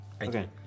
Okay